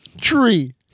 Tree